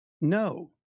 no